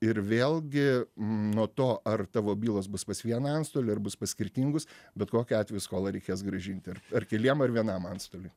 ir vėlgi nuo to ar tavo bylos bus pas vieną antstolį ar bus pas skirtingus bet kokiu atveju skolą reikės grąžinti ar keliem ar vienam antstoliui